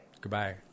Goodbye